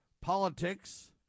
Politics